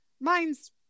Mine's